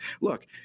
Look